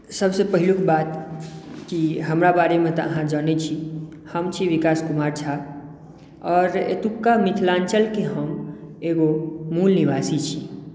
सभसँ पहिलुक बात कि हमरा बारेमे तऽ अहाँ जनैत छी हम छी विकास कुमार झा आओर एतुक्का मिथलाञ्चलके हम एगो मूल निवासी छी